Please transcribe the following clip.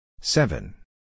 Seven